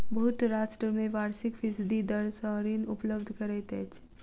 बहुत राष्ट्र में वार्षिक फीसदी दर सॅ ऋण उपलब्ध करैत अछि